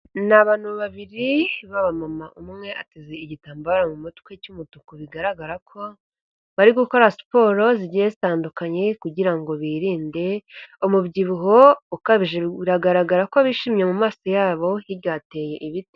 Ni abantu babiri b'abamama, umwe ateze igitambaro mu mutwe cy'umutuku, bigaragara ko bari gukora siporo zigiye zitandukanye, kugira ngo birinde umubyibuho ukabije, biragaragara ko bishimye mu maso y'abo, hirya hateye ibiti.